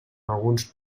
alguns